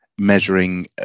measuring